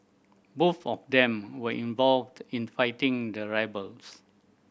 both of them were involved in fighting the rebels